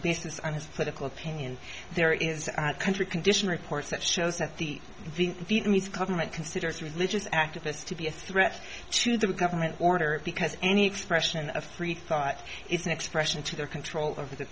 basis on his political opinion there is a country condition report that shows that the vietnamese government considers religious activists to be a threat to the government order because any expression of free thought is an expression to their control over the